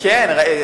כן.